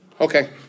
Okay